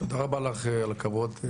תודה רבה לך על הכבוד.